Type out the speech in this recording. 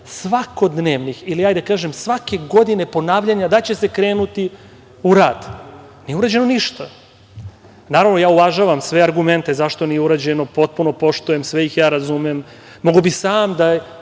svakodnevnih ili hajde da kažem, svake godine ponavljanja da će se krenuti u rad. Nije urađeno ništa. Naravno, uvažavam sve argumente zašto nije urađeno. Potpuno poštujem. Sve ih ja razumem. Mogao bih sam da